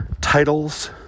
titles